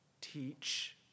teach